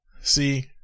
see